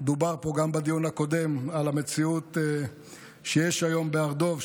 דובר פה גם בדיון הקודם על המציאות שיש היום בהר דב,